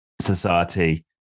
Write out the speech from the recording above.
society